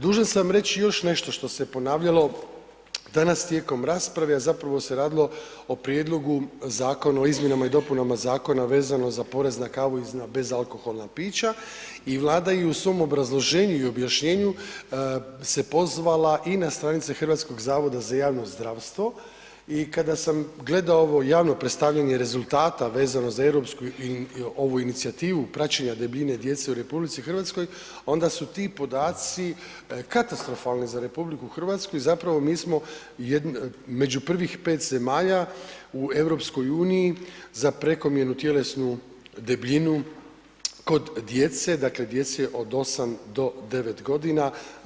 Dužan sam reći još nešto što se ponavljalo danas tijekom rasprave, a zapravo se radilo o prijedlogu zakona o izmjenama i dopunama zakona vezano za porez na kavu i bezalkoholna pića i Vlada je u svom obrazloženju i objašnjenju se pozvala i na stranice Hrvatskog zavoda za javno zdravstvo i kada sam gledao ovo javno predstavljanje rezultata vezano za europsku i ovu inicijativu praćenja debljine djece u RH, onda su ti podaci katastrofalni za RH i zapravo, mi smo među prvih 5 zemalja u EU za prekomjernu tjelesnu debljinu kod djece, dakle, djece od 8 do 9 g.,